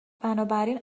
بنابراین